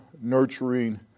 nurturing